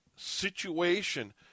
situation